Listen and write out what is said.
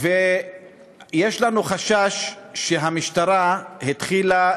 ויש לנו חשש שהמשטרה התחילה